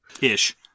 Ish